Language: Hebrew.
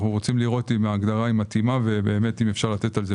אנו רוצים לראות אם ההגדרה מתאימה ואם אפשר לתת על זה.